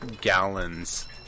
gallons